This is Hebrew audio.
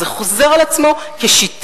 זה חוזר על עצמו כשיטה.